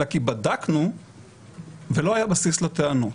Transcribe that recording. אלא כי בדקנו ולא היה בסיס לטענות,